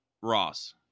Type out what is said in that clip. Ross